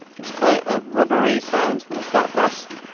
gives quite a rubbery sound when it's that fast,